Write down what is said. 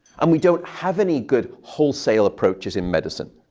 and we don't have any good wholesale approaches in medicine.